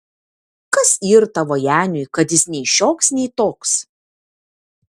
kas yr tavo janiui kad jis nei šioks nei toks